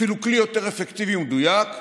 אפילו כלי יותר אפקטיבי ומדויק,